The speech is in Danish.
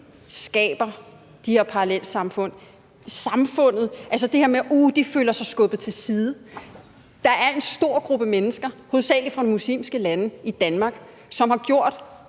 skaber de her parallelsamfund, altså det her med, at, uh, de føler sig skubbet til side. Der er en stor gruppe mennesker – hovedsagelig fra muslimske lande – i Danmark, som har gjort